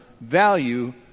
value